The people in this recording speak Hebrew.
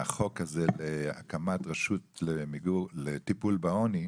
החוק הזה להקמת רשות לטיפול בעוני,